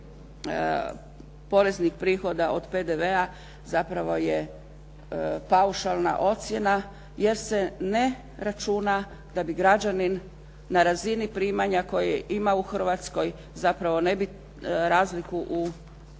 kuna poreznih prihoda od PDV-a zapravo je paušalna ocjena, jer se ne računa da bi građanin na razini primanja koje ima u Hrvatskoj zapravo ne bi razliku u potrošačkoj